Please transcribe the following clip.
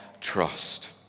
trust